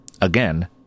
again